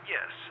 Yes